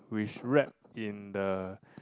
which wrap in the